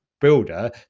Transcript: builder